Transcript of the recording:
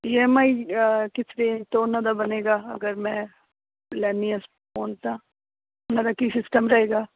EMI ਕਿਸ range ਤੋਂ ਉਹਨਾਂ ਦਾ ਬਣੇਗਾ ਅਗਰ ਮੈਂ ਲੈਨੀ ਫੋਨ ਤਾਂ ਉਹਨਾਂ ਦਾਂ ਕੀ ਸਿਸਟਮ ਰਹੇਗਾ